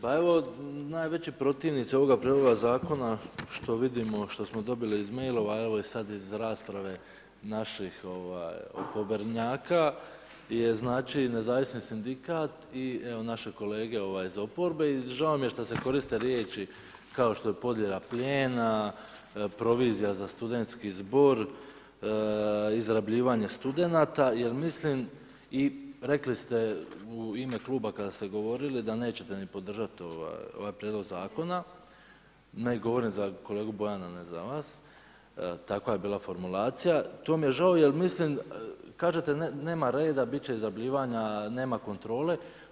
Pa evo najveći protivnici ovoga prijedloga zakona što vidimo, što smo dobili iz mailova, a evo i sad iz rasprave naših oporbenjaka je nezavisni sindikat i evo naši kolege iz oporbe i žao mi je što se koriste riječi kao što je podjela plijena, provizija za studentski zbor, izrabljivanje studenata jer mislim i rekli ste u ime kluba kada ste govorili da nećete ni podržat ovaj prijedlog, ne govorim za kolegu Bojana, ne za vas, takva je bila formulacija, to mi je žao jer kažete nema reda, nema kontrole.